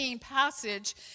passage